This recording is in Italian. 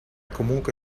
comunque